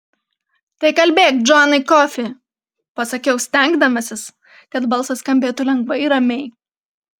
tai kalbėk džonai kofį pasakiau stengdamasis kad balsas skambėtų lengvai ir ramiai